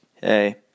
Hey